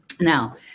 Now